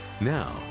Now